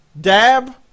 dab